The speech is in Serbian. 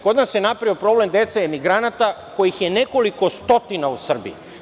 Kod nas se napravio problem dece emigranata kojih je nekoliko stotina u Srbiji.